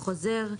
"חוזר",